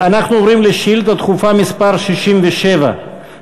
אנחנו עוברים לשאילתה דחופה מס' 67,